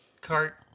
cart